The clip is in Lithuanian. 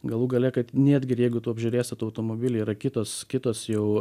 galų gale kad nietgi ir jeigu tu apžiūrėsi tą automobilį yra kitos kitos jau